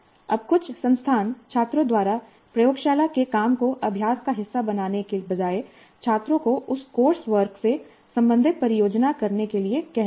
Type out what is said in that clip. अब कुछ संस्थान छात्रों द्वारा प्रयोगशाला के काम को अभ्यास का हिस्सा बनाने के बजाय छात्रों को उस कोर्स वर्क से संबंधित परियोजना करने के लिए कह रहे हैं